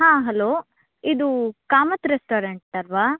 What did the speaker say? ಹಾಂ ಹಲೋ ಇದು ಕಾಮತ್ ರೆಸ್ಟೋರೆಂಟ್ ಅಲ್ಲವಾ